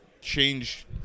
change